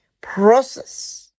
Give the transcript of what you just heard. process